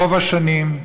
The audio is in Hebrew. רוב השנים.